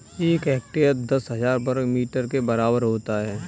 एक हेक्टेयर दस हजार वर्ग मीटर के बराबर होता है